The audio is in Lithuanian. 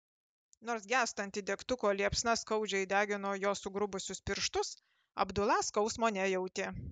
nors gęstanti degtuko liepsna skaudžiai degino jo sugrubusius pirštus abdula skausmo nejautė